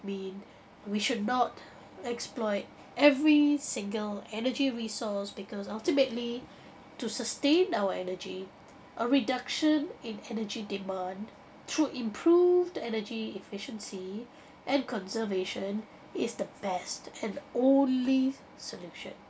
mean we should not exploit every single energy resource because ultimately to sustain our energy a reduction in energy demand through improved energy efficiency and conservation is the best and only solution